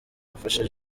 nafashe